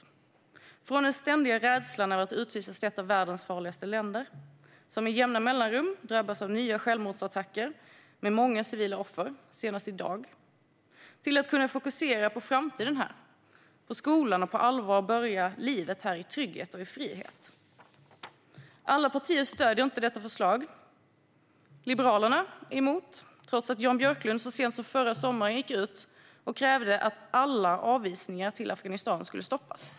De går från att känna en ständig rädsla att utvisas till ett av världens farligaste länder, som med jämna mellanrum - senast i dag - drabbas av nya självmordsattacker med många civila offer, till att kunna fokusera på framtiden här. De kan fokusera på skolan och på allvar börja sitt liv här i trygghet och frihet. Alla partier stöder inte detta förslag. Liberalerna är emot, trots att Jan Björklund så sent som förra sommaren gick ut och krävde att alla avvisningar till Afghanistan skulle stoppas.